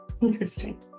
Interesting